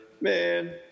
man